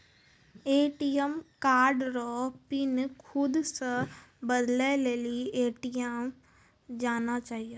ATM card रो pin खुद से बदलै लेली ए.टी.एम जाना चाहियो